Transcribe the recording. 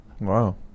Wow